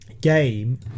game